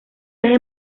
las